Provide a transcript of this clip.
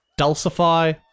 Dulcify